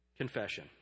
confession